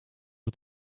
het